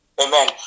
Amen